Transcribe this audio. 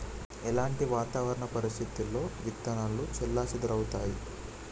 ఎలాంటి వాతావరణ పరిస్థితుల్లో విత్తనాలు చెల్లాచెదరవుతయీ?